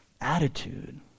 attitude